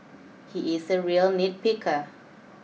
he is a real nitpicker